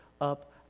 up